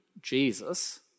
Jesus